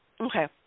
Okay